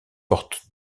porte